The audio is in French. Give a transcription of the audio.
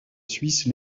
suisse